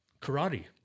karate